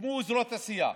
הוקמו אזורי תעשייה,